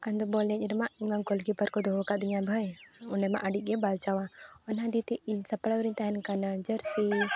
ᱟᱫᱚ ᱵᱚᱞ ᱮᱱᱮᱡ ᱨᱮᱢᱟ ᱤᱧᱢᱟ ᱜᱳᱞᱠᱤᱯᱟᱨ ᱠᱚ ᱫᱚᱦᱚᱣᱟᱠᱟᱫᱤᱧᱟᱹ ᱵᱷᱟᱹᱭ ᱚᱰᱮᱸᱢᱟ ᱟᱹᱰᱤᱜᱮ ᱵᱟᱜᱡᱟᱣᱟ ᱚᱱᱟ ᱫᱤᱭᱮᱛᱮ ᱤᱧ ᱥᱟᱯᱲᱟᱣ ᱨᱮᱧ ᱛᱟᱦᱮᱱ ᱠᱟᱱᱟ ᱡᱟᱨᱥᱤ